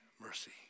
mercy